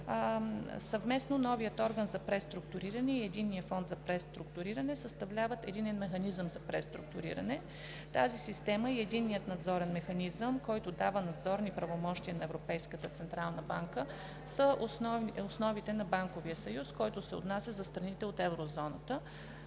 2014 г., новият орган за преструктуриране и Единният фонд за преструктуриране съвместно съставляват Единен механизъм за преструктуриране. Тази система и Единният надзорен механизъм, който дава надзорни правомощия на Европейската централна банка, са основите на банковия съюз, който се отнася за страните от Еврозоната.